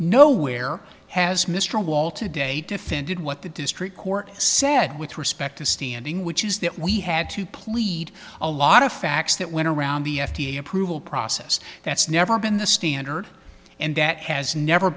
nowhere has mr wall today defended what the district court said with respect to standing which is that we had to plead a lot of facts that went around the f d a approval process that's never been the standard and that has never